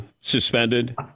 suspended